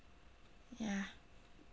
ya